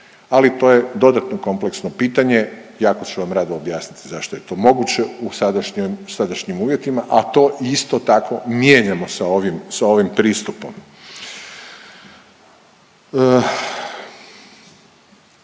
Ali to je dodatno kompleksno pitanje i jako ću vam rado objasniti zašto je to moguće u sadašnjem, sadašnjim uvjetima, a to isto tako mijenjamo sa ovim, sa ovim pristupom.